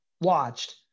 watched